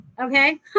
okay